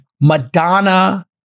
Madonna